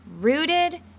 rooted